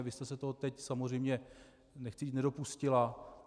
Vy jste se toho teď samozřejmě, nechci říct, nedopustila.